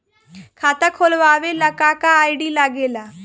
खाता खोलवावे ला का का आई.डी लागेला?